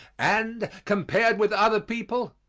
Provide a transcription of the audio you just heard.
and, compared with other peoples,